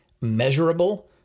Measurable